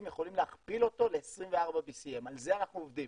יכולים להכפיל אותו ל-24 BCM. על זה אנחנו עובדים